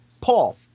Paul